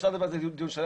אפשר לדבר על זה דיון שלם,